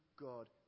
God